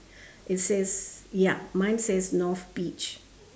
it says ya mine says north beach